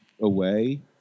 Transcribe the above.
away